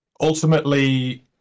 Ultimately